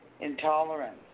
intolerance